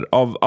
av